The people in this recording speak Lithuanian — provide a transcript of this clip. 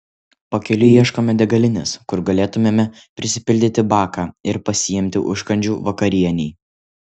pakeliui ieškome degalinės kur galėtumėme prisipildyti baką ir pasiimti užkandžių vakarienei